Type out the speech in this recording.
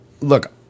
look